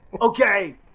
Okay